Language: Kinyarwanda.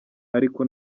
ariko